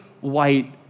white